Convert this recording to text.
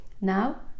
now